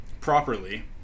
properly